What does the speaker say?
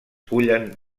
cullen